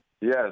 Yes